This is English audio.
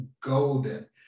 golden